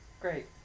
Great